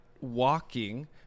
walking